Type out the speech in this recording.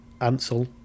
Ansel